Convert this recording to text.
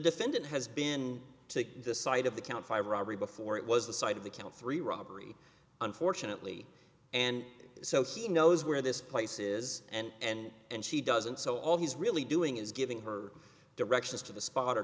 defendant has been to the site of the count five robbery before it was the site of the count three robbery unfortunately and so she knows where this place is and she doesn't so all he's really doing is giving her directions to the spot